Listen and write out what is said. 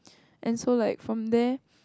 and so like from there